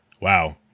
Wow